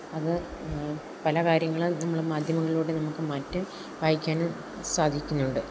അത് പല കാര്യങ്ങളും നമ്മൾ മാധ്യമങ്ങളിലൂടെ നമുക്ക് മറ്റ് വായിക്കാനും സാധിക്കുന്നുണ്ട്